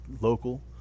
local